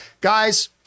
guys